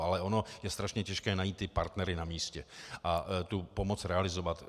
Ale ono je strašně těžké najít partnery na místě a tu pomoc realizovat.